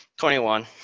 21